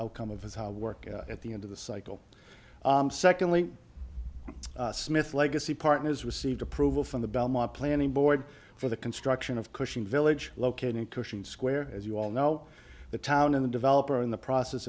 outcome of his how work at the end of the cycle secondly smith legacy partners received approval from the belmont planning board for the construction of cushing village located in cushing square as you all know the town of the developer in the process